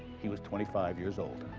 he was twenty-five years old.